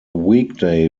weekday